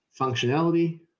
functionality